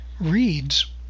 reads